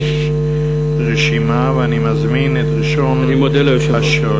אני מודה לאדוני היושב-ראש.